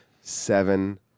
Seven